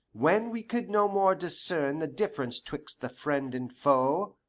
when we could no more discern the difference twixt the friend and foe,